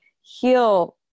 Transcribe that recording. heal